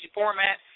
format